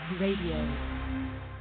Radio